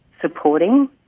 supporting